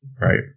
right